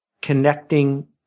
connecting